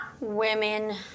Women